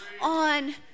on